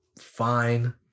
fine